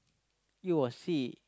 you were see